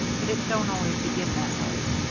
but it don't always begin that way.